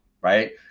right